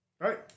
Right